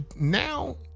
now